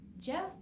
Jeff